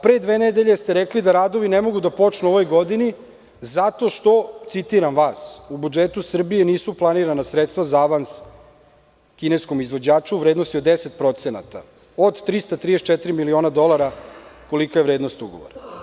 Pre dve nedelje ste rekli da radovi ne mogu da počnu u ovoj godini zato što, citiram vas – u budžetu Srbije nisu planirana sredstva za avans kineskom izvođaču u vrednosti od 10% od 334 miliona dolara, kolika je vrednost ugovora.